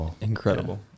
Incredible